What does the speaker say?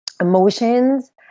emotions